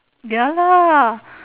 ya lah